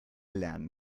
lernen